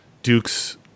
Duke's